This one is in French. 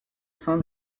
sein